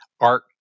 art